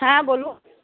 হ্যাঁ বলুন